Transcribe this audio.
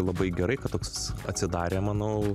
labai gerai kad toks atsidarė manau